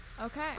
okay